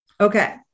Okay